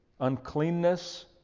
uncleanness